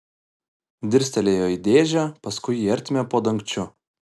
dirstelėjo į dėžę paskui į ertmę po dangčiu